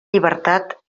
llibertat